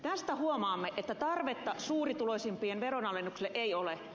tästä huomaamme että tarvetta suurituloisimpien veronalennukselle ei ole